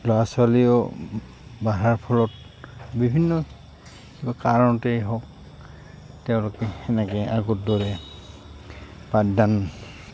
ল'ৰা ছোৱালীয়েও বাঢ়াৰ ফলত বিভিন্ন কাৰণতেই হওক তেওঁলোকে সেনেকৈ আগৰ দৰে পাঠদান